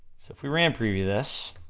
so if we ram preview this,